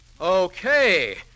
Okay